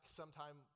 sometime